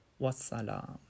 Wassalam